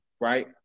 right